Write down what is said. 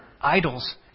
idols